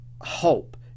hope